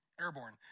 airborne